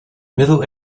middle